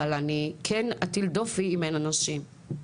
אבל אני כן אטיל דופי אם אין אנשים.